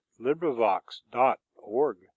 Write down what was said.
LibriVox.org